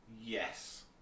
Yes